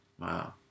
wow